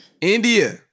India